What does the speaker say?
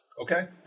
Okay